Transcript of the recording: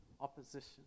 opposition